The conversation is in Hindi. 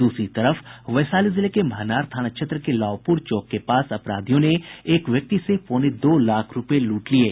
दूसरी तरफ वैशाली जिले के महनार थाना क्षेत्र के लावपुर चौक के पास अपराधियों ने एक व्यक्ति से पौने दो लाख रूपये लूट लिये